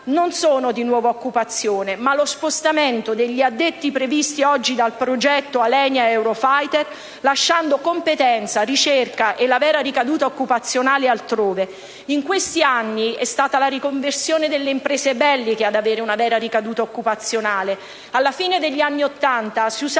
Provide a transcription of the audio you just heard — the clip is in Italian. non sono di nuova occupazione, ma derivano dallo spostamento degli addetti previsti oggi dal progetto Alenia-Eurofighier, lasciando competenze, ricerca e la vera ricaduta occupazionale altrove. In questi anni è stata la riconversione delle imprese belliche ad avere una vera ricaduta occupazionale. Alla fine degli anni Ottanta si usarono